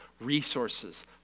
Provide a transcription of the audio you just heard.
resources